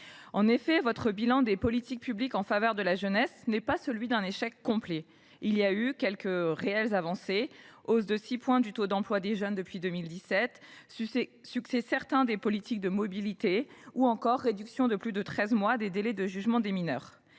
En effet, votre bilan des politiques publiques en faveur de la jeunesse n’est pas celui d’un échec complet. Il y a eu quelques réelles avancées, comme la hausse de 6 points du taux d’emploi des jeunes depuis 2017, le succès des politiques de mobilité ou encore la réduction de plus de treize mois des délais de jugement des mineurs.